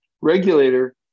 regulator